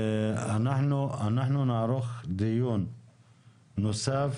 אנחנו נערוך דיון נוסף